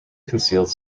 concealed